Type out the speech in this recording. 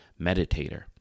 meditator